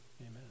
Amen